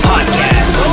Podcast